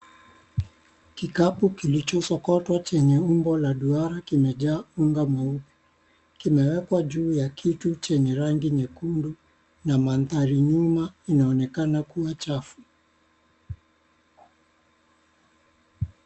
Kikapu kilichosokotwa chenye umbo la duara kimejaa unga mweupe, kimewekwa juu ya kitu chenye rangi nyekundu na maandhari nyuma inaonekana kuwa chafu.